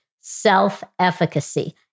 self-efficacy